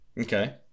Okay